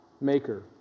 Maker